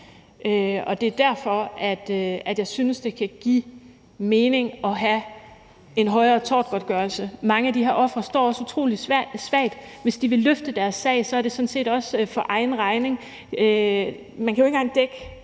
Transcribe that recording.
Det er derfor, jeg synes, at det kan give mening at have en højere tortgodtgørelse. Mange af de her ofre står også utrolig svagt. Hvis de vil løfte deres sag, er det sådan set også for egen regning. Man kan jo nærmest ikke engang dække